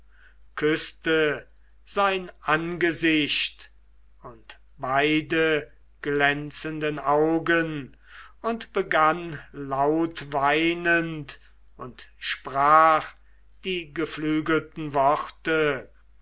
küßte sein angesicht und beide glänzenden augen und begann lautweind und sprach die geflügelten worte